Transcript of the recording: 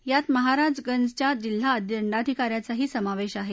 यात महाराजगंजच्या जिल्हा दंडाधिकाऱ्याचाही समावेश आहे